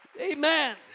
Amen